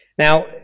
Now